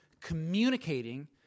communicating